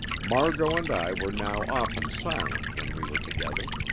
margot and i were now often silent when we were together.